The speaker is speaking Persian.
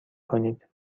کنید